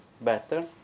better